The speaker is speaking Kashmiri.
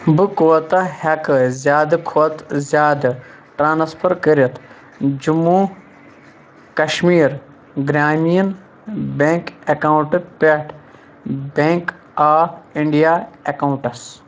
بہٕ کوتاہ ہٮ۪کہٕ زیٛادٕ کھۅتہٕ زیٛادٕ ٹرٛانٕسفر کٔرِتھ جموّں کشمیٖر گرٛامیٖن بیٚنٛک ایکاونٛٹہٕ پٮ۪ٹھ بیٚنٛک آف اِنٛڈیا ایکاونٛٹَس